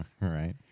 Right